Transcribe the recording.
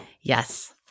Yes